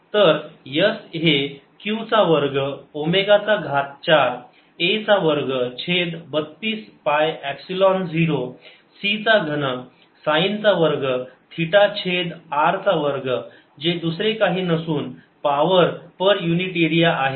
तर s हे q चा वर्ग ओमेगा चा घात चार a चा वर्ग छेद 32 पाय एपसिलोन झिरो c चा घन साईन चा वर्ग थिटा छेद r चा वर्ग जे दुसरे काही नसून पावर पर युनिट एरिया आहे